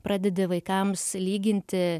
pradedi vaikams lyginti